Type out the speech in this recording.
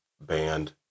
band